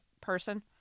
person